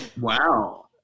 Wow